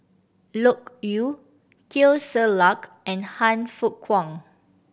Loke Yew Teo Ser Luck and Han Fook Kwang